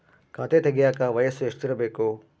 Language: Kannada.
ಖಾತೆ ತೆಗೆಯಕ ವಯಸ್ಸು ಎಷ್ಟಿರಬೇಕು?